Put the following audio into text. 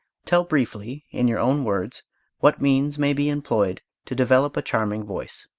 tell briefly in your own words what means may be employed to develop a charming voice.